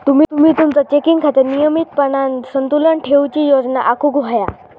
तुम्ही तुमचा चेकिंग खात्यात नियमितपणान संतुलन ठेवूची योजना आखुक व्हया